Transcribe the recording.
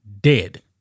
dead